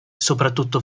soprattutto